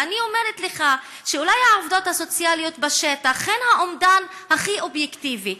ואני אומרת לך שאולי העובדות הסוציאליות בשטח הן האומדן הכי אובייקטיבי.